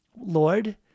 Lord